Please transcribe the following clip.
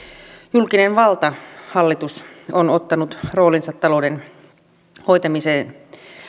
julkinen valta hallitus on ottanut roolinsa talouden hoitamisessa